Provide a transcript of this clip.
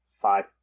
five